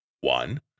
One